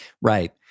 Right